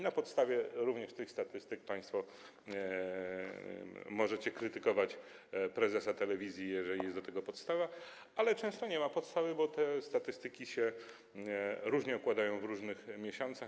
Na podstawie również tych statystyk państwo możecie krytykować prezesa telewizji, jeżeli jest do tego podstawa, ale często nie ma podstawy, bo te statystyki różnie się układają w różnych miesiącach.